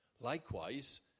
Likewise